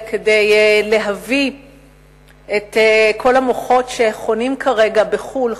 כדי להחזיר לישראל את כל המוחות שחונים כרגע בחו"ל.